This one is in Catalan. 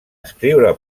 escriure